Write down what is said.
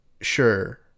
sure